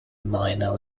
minor